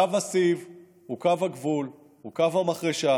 קו הסיב הוא קו הגבול, הוא קו המחרשה.